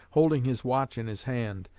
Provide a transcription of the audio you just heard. holding his watch in his hand,